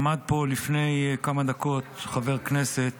עמד פה לפני כמה דקות חבר כנסת